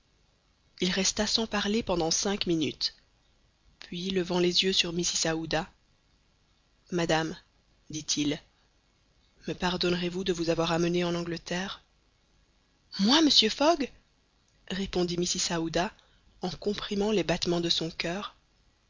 il resta sans parler pendant cinq minutes puis levant les yeux sur mrs aouda madame dit-il me pardonnerez-vous de vous avoir amenée en angleterre moi monsieur fogg répondit mrs aouda en comprimant les battements de son coeur